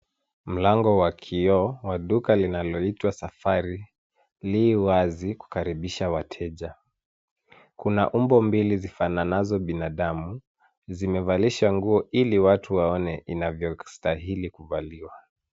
Mlango wa kioo wa duka linaloitwa safari li wazi kukaribisha wateja. Kuna umbo mbili zifananazo binadamu, zimevalishwa nguo ili watu waone inavyostahili kuvaliwa.